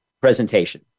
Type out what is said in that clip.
presentation